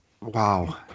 wow